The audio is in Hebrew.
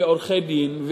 בעורכי-דין,